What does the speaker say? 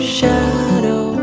shadow